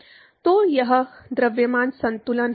तो वह द्रव्यमान संतुलन है